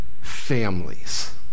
families